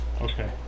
Okay